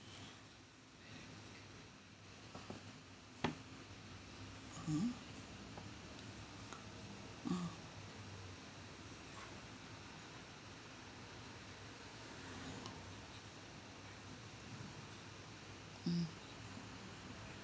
hmm mm mm